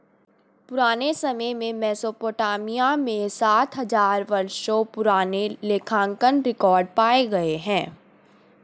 पुराने समय में मेसोपोटामिया में सात हजार वर्षों पुराने लेखांकन रिकॉर्ड पाए गए हैं